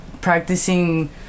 practicing